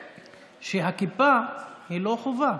שהכיפה היא לא חובה.